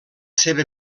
seva